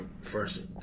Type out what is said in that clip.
first